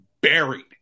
buried